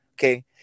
okay